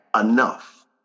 enough